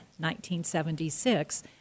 1976